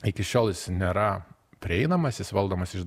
iki šiol nėra prieinamas jis valdomas iš